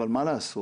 מה לעשות,